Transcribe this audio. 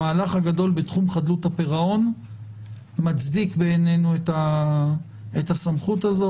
המהלך הגדול בתחום חדלות הפירעון מצדיק בעינינו את הסמכות הזו,